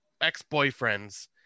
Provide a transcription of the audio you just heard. ex-boyfriends